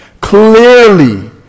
Clearly